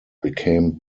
became